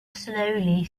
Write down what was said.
slowly